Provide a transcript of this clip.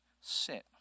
sit